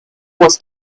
was